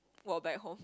walk back home